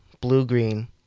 blue-green